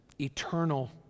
eternal